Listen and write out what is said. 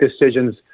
decisions